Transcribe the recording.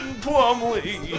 Plumley